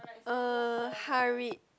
uh hurried